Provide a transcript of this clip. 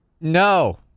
No